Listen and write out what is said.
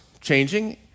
changing